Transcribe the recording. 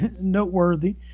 noteworthy